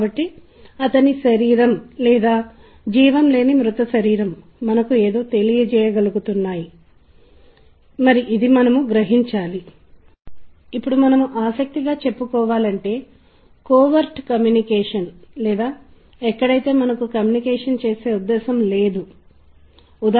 మీరు ఒక సంగీతాన్ని విన్న వెంటనే అది భారతీయ సంగీతమైనా పాశ్చాత్య సంగీతమైనా గుర్తిస్తారు భారతీయ సంగీతంలో అది జనాదరణ పొందిన సంగీతమైనా యువతకు సంగీతమైనా పాత తరానికి సంబందించిన సంగీతం సంప్రదాయమైన సంగీతమైనా మొదలైనవి మీరు గుర్తిస్తారు